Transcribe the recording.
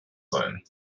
sein